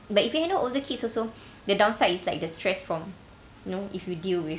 but if you handle older kids also the downside is like the stress from you know if you deal with